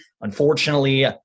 Unfortunately